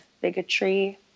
bigotry